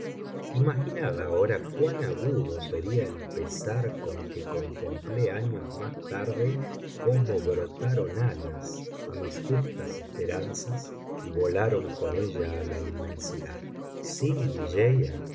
mortales imaginad ahora cuán agudo sería el pesar con que contemplé años más tarde cómo brotaron alas a mis justas esperanzas y volaron con ella a la inmensidad sin